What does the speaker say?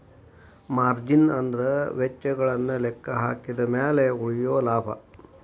margin ಅಂದ್ರ ವೆಚ್ಚಗಳನ್ನ ಲೆಕ್ಕಹಾಕಿದ ಮ್ಯಾಲೆ ಉಳಿಯೊ ಲಾಭ